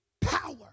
power